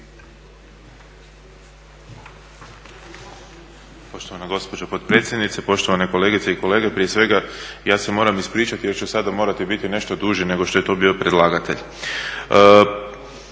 Poštovana gospođo potpredsjednice, poštovane kolegice i kolege prije svega ja se moram ispričati jer ću sada morati biti nešto duži nego što je to bio predlagatelj.